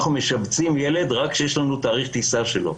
אנחנו משבצים ילד רק כשיש לנו תאריך טיסה שלו.